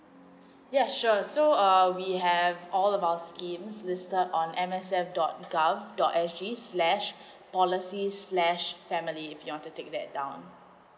ya sure so uh we have all about schemes listed uh on M S F dot G_O_V dot S_G slash policy slash family if you want to take that down